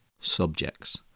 subjects